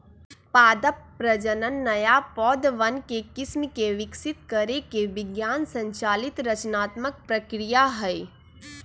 पादप प्रजनन नया पौधवन के किस्म के विकसित करे के विज्ञान संचालित रचनात्मक प्रक्रिया हई